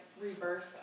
rebirth